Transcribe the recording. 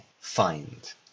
find